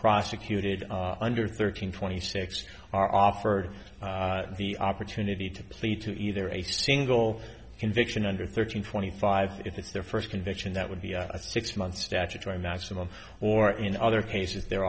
prosecuted under thirteen twenty six are offered the opportunity to plead to either a single conviction under thirteen twenty five if it's their first conviction that would be a six month statutory maximum or in other cases the